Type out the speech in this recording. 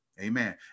Amen